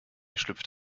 schlüpft